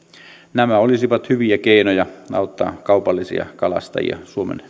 nämä olisivat hyviä keinoja auttaa kaupallisia kalastajia suomen